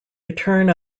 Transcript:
return